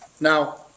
Now